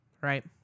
right